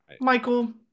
Michael